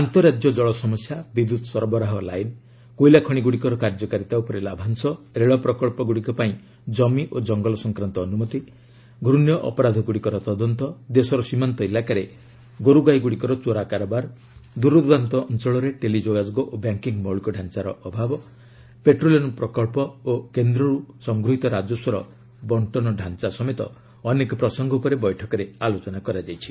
ଆନ୍ତଃରାଜ୍ୟ ଜଳ ସମସ୍ୟା ବିଦ୍ୟୁତ୍ ସରବରାହ କଲାଇନ୍ କୋଇଲାଖଣିଗୁଡ଼ିକର କାର୍ଯ୍ୟକାରୀତା ଉପରେ ଲାଭାଂଶ ରେଳ ପ୍ରକଚ୍ଚଗୁଡ଼ିକ ପାଇଁ କମି ଓ ଜଙ୍ଗଲ ସଂକ୍ରାନ୍ତ ଅନୁମତି ଘ୍ନଶ୍ୟ ଅପରାଧଗୁଡ଼ିକର ତଦନ୍ତ ଦେଶର ସୀମାନ୍ତ ଇଲାକାରେ ଗୋରୁଗାଇଗୁଡ଼ିକର ଚୋରା କାରବାର ଦୂରଦୂରାନ୍ତ ଅଞ୍ଚଳରେ ଟେଲି ଯୋଗାଯୋଗ ଓ ବ୍ୟାଙ୍କିଙ୍ଗ୍ ମୌଳିକ ଡାଞ୍ଚାର ଅଭାବ ପେଟ୍ରୋଲିୟମ୍ ପ୍ରକଳ୍ପ ଓ କେନ୍ଦ୍ରରରୁ ସଂଗୃହିତ ରାଜସ୍ୱର ବଣ୍ଟନ ଡାଞ୍ଚା ସମେତ ଅନେକ ପ୍ରସଙ୍ଗ ଉପରେ ବୈଠକରେ ଆଲୋଚନା ହୋଇଛି